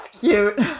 cute